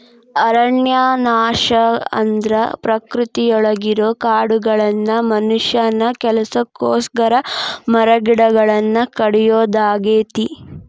ಅರಣ್ಯನಾಶ ಅಂದ್ರ ಪ್ರಕೃತಿಯೊಳಗಿರೋ ಕಾಡುಗಳನ್ನ ಮನುಷ್ಯನ ಕೆಲಸಕ್ಕೋಸ್ಕರ ಮರಗಿಡಗಳನ್ನ ಕಡಿಯೋದಾಗೇತಿ